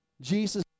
Jesus